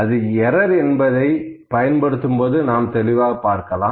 அது எரர் என்பதை பயன்படுத்தும்போது நாம் பார்க்கலாம்